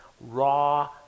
raw